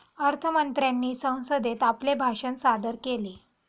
अर्थ मंत्र्यांनी संसदेत आपले भाषण सादर केले